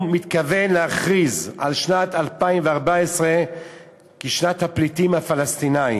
מתכוון להכריז על שנת 2014 כשנת הפליטים הפלסטינים.